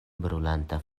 brulanta